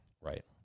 right